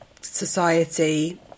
society